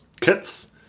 kits